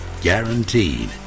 Guaranteed